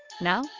Now